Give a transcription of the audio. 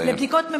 לבדיקות ממוגרפיה,